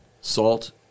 Salt